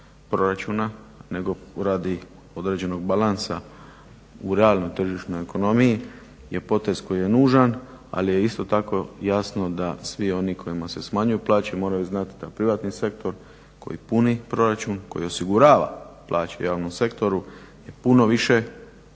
proračuna, nego radi određenog balansa u realnoj tržišnoj ekonomiji je potez koji je nužan. Ali je isto tako jasno da svi oni kojima se smanjuju plaće moraju znati da privatni sektor koji puni proračun, koji osigurava plaće u javnom sektoru je puno više